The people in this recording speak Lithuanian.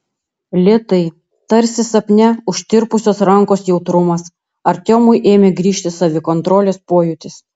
lėtai tarsi sapne užtirpusios rankos jautrumas artiomui ėmė grįžti savikontrolės pojūtis